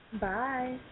Bye